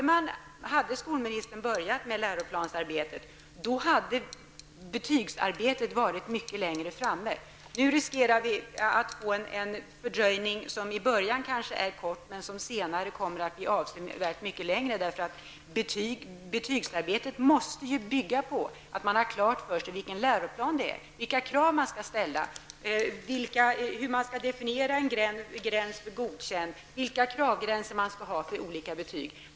Hade skolministern börjat med läroplansarbetet, hade också betygsarbetet varit mycket längre framskridet. Nu riskerar vi att få en fördröjning som kanske i början är kort, men som sedan kommer att bli avsevärt mycket längre, därför att betygsarbetet måste bygga på att man har klart för sig vilken läroplan som man skall utgå från -- vilka krav som man skall ställa, hur man skall definiera en gräns för Godkänt och vilka kravgränser man skall ha för olika betyg.